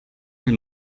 ell